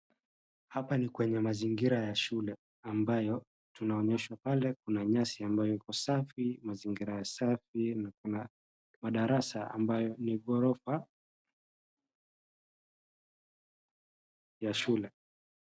Hapa ni kwenye mazingira ya shule ambayo tunaonyeshwa pale kuna nyasi ambayo iko safi, mazingira safi na kuna madarasa ambayo ni gorofa ya shule.